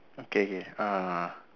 okay K ah ah ah